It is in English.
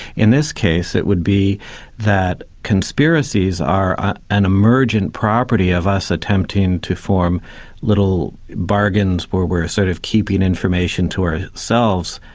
in this case it would be that conspiracies are an emergent property of us attempting to form little bargains where we're sort of keeping information to so ourselves,